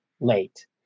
late